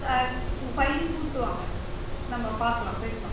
sir உங்கள் பையனையும் கூப்பிட்டு வாங்க நம்ம பார்க்கலாம் பேசலாம்